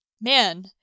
man